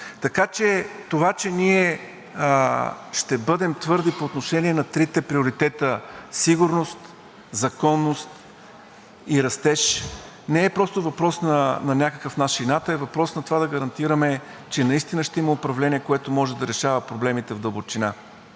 Това, че ние ще бъдем твърди по отношение на трите приоритета – сигурност, законност и растеж, не е просто въпрос на някакъв наш инат, а е въпрос на това да гарантираме, че наистина ще има управление, което може да решава проблемите в дълбочина,